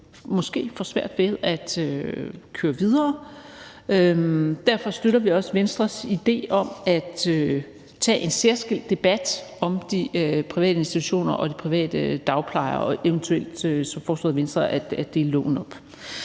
måske får svært ved at køre videre. Derfor støtter vi også Venstres idé om at tage en særskilt debat om de private institutioner og de private dagplejere og om det, som Venstre har foreslået,